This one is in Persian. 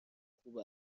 خوب